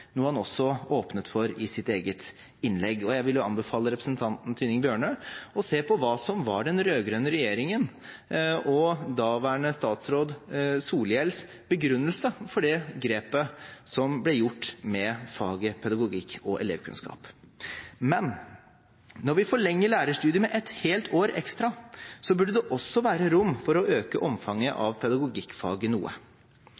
noe han også åpnet for i sitt eget innlegg. Jeg vil anbefale representanten Tynning Bjørnø å se på hva som var den rød-grønne regjeringen og daværende statsråd Solhjells begrunnelse for det grepet som ble gjort med faget pedagogikk og elevkunnskap. Men når vi forlenger lærerstudiet med et helt år ekstra, burde det også være rom for å øke omfanget